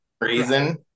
reason